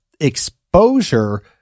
exposure